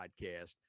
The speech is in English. podcast